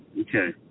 Okay